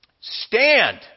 stand